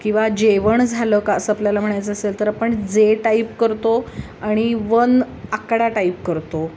किंवा जेवण झालं कसं का असं आपल्याला म्हणायचं असेल तर आपण जे टाईप करतो आणि वन आकडा टाईप करतो